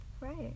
Right